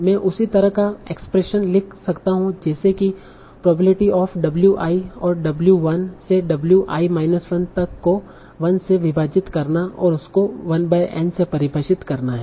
मैं उसी तरह का एक्सप्रेशन लिख सकता हूं जैसे कि प्रोबेबिलिटी ऑफ़ wi और w1 से w i 1 तक को 1 से विभाजित करना और उसको 1N से परिभाषित करना है